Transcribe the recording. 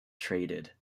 traded